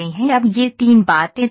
अब ये तीन बातें तय हैं